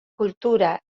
kultura